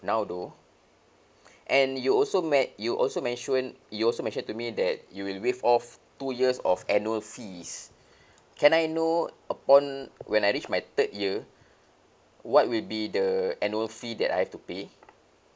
now though and you also me~ you also mentioned you also mentioned to me that you will waive off two years of annual fees can I know upon when I reach my third year what will be the annual fee that I have to pay